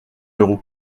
euros